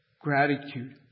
gratitude